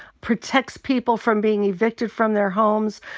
protects people from being evicted from their homes,